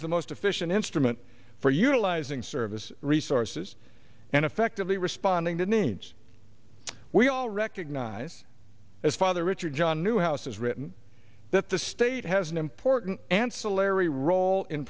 is the most efficient instrument for utilising service resources and effectively responding to needs we all recognize as father richard john newhouse has written that the state has an important ancillary role in